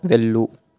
వెళ్ళు